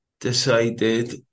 decided